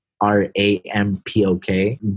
R-A-M-P-O-K